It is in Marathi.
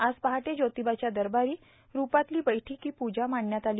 आज पहाटे ज्योतिबाची दरबारी रूपातली बैठी पूजा मांडण्यात आली